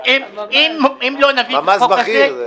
ממ"ז בכיר.